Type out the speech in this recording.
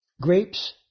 grapes